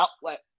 outlet